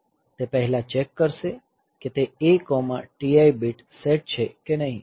તે પહેલા ચેક કરશે કે તે A TI બિટ સેટ છે કે નહીં